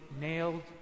nailed